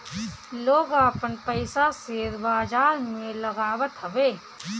लोग आपन पईसा शेयर बाजार में लगावत हवे